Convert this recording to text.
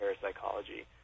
parapsychology